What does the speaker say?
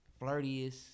flirtiest